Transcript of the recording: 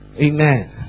Amen